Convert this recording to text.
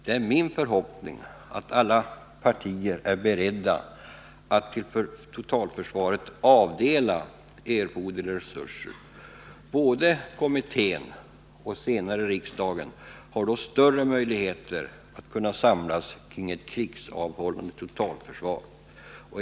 Det är min förhoppning att alla partier är beredda att till totalförsvaret avdela erforderliga resurser. Både kommittén och senare riksdagen har då större möjligheter att samlas kring ett krigsavhållande totalförsvar.